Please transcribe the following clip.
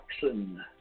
Jackson